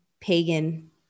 pagan